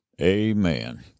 Amen